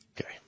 Okay